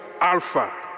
Alpha